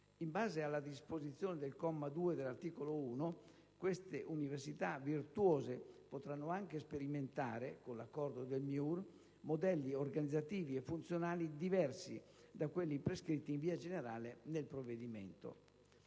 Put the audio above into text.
In base alla disposizione del comma 2 dell'articolo 1, queste università virtuose potranno anche sperimentare (con l'accordo del MIUR) modelli organizzativi e funzionali diversi da quelli prescritti in via generale nel provvedimento.